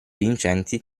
vincenzi